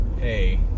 hey